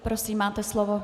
Prosím, máte slovo.